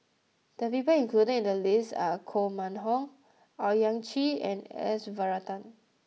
the people included in the list are Koh Mun Hong Owyang Chi and S Varathan